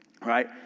right